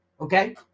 Okay